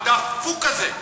הדפוק הזה.